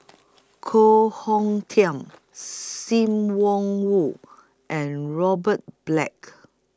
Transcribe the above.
Koh Hong Teng SIM Wong Woo and Robert Black